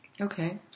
Okay